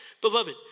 Beloved